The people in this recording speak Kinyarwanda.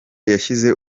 yashyize